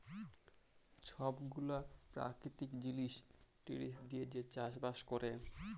ছব গুলা পেরাকিতিক জিলিস টিলিস দিঁয়ে যে চাষ বাস ক্যরে